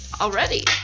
already